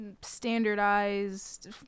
standardized